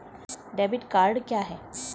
Debit card क्या है?